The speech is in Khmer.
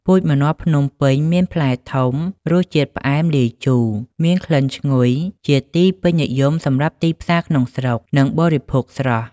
ពូជម្នាស់ភ្នំពេញមានផ្លែធំ រសជាតិផ្អែមលាយជូរ មានក្លិនឈ្ងុយ ជាទីពេញនិយមសម្រាប់ទីផ្សារក្នុងស្រុក និងបរិភោគស្រស់។